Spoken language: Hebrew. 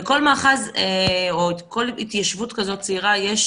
כל מאחז או לכל התיישבות כזאת צעירה יש